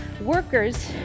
workers